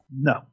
No